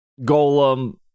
Golem